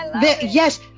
Yes